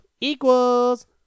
equals